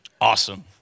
Awesome